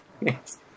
Yes